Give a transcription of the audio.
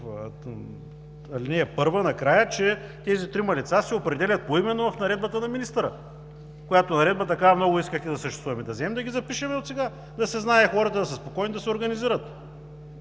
в ал. 1, накрая, че тези три лица се определят поименно в наредбата на министъра, която наредба много искахте да съществува, да вземем да ги запишем отсега и да си знаят хората, да са спокойни, да се организират.